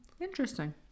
interesting